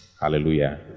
Hallelujah